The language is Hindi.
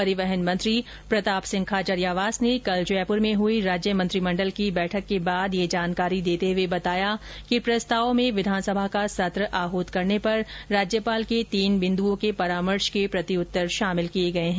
परिवहन मंत्री प्रताप सिंह खाचरियावास ने कल जयपुर में हुई राज्य मंत्रिमंडल की बैठक के बाद यह जानकारी देते हुए बताया कि प्रस्ताव में विधानसभा का सत्र आहृत करने पर राज्यपाल के तीन बिंदुओं के परामर्श के प्रति उत्तर शामिल किए गए हैं